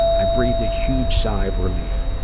i breathed a huge sigh of relief,